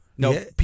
No